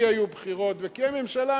כי היו בחירות וכי הממשלה,